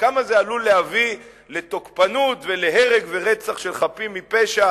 כמה זה עלול להביא לתוקפנות ולהרג ורצח של חפים מפשע